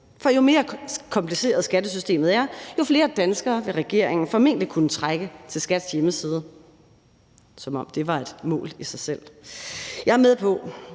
For jo mere kompliceret skattesystemet er, jo flere danskere vil regeringen formentlig kunne trække til skat.dk – som om det var et mål i sig selv. Jeg er med på,